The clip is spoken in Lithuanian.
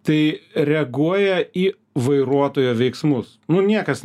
tai reaguoja į vairuotojo veiksmus nu niekas